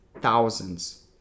thousands